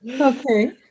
Okay